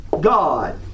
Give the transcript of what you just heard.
God